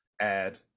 add